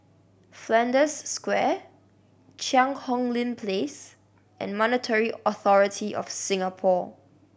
Flanders Square Cheang Hong Lim Place and Monetary Authority Of Singapore